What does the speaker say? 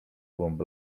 głąb